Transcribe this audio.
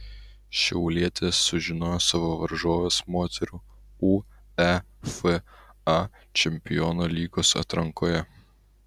šiaulietės sužinojo savo varžoves moterų uefa čempionų lygos atrankoje